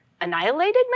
annihilated